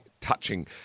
touching